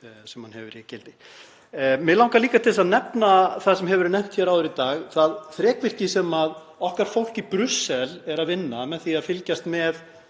sem hann hefur verið í gildi. Mig langar líka til að nefna það sem hefur verið nefnt hér áður í dag, það þrekvirki sem okkar fólk í Brussel er að vinna með því að fylgjast með